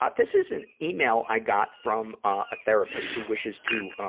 but this is an email i got from, ah, a therapist who wishes to, ah,